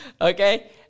Okay